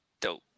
dope